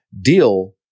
deal